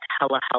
telehealth